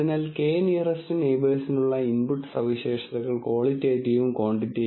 fault diagnosis അല്ലെങ്കിൽ prediction of failures ഒരു മികച്ച എഞ്ചിനീയറിംഗ് ഉദാഹരണം ആയിരിക്കും